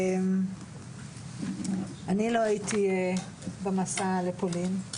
אני לא הייתי במסע לפולין.